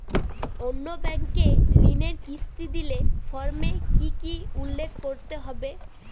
অন্য ব্যাঙ্কে ঋণের কিস্তি দিলে ফর্মে কি কী উল্লেখ করতে হবে?